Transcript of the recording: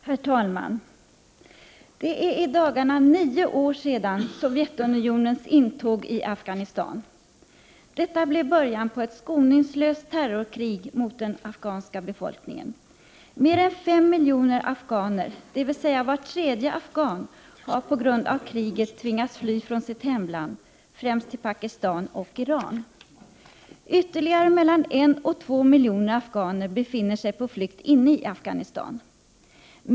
Herr talman! Det är i dagarna nio år sedan Sovjetunionens intåg i Afghanistan. Detta blev början på ett skoningslöst terrorkrig mot det afghanska folket. Mer än 5 miljoner afghaner, dvs. var tredje afghan, har på grund av kriget tvingats fly från sitt heland, främst till Pakistan och Iran. Ytterligare mellan 1 och 2 miljoner afghaner befinner sig på flykt inne i Afghanistan.